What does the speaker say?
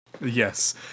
Yes